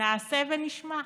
"נעשה ונשמע".